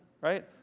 right